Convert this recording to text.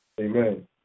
amen